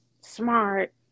smart